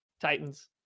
Titans